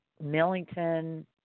Millington